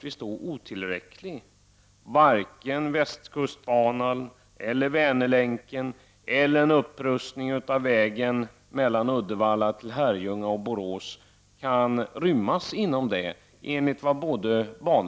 Enligt både banverket och SJ kan varken västkustbanan, Vänerlänken eller en upprustning av vägen mellan Uddevalla, Herrljunga och Borås rymmas inom denna ram.